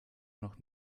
noch